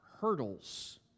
hurdles